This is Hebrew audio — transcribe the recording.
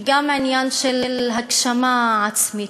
היא גם עניין של הגשמה עצמית.